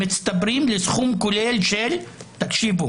מצטברים לסכום כולל של תקשיבו